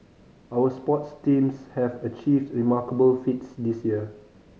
our sports teams have achieved remarkable feats this year